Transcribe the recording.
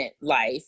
life